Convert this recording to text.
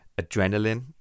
adrenaline